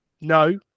No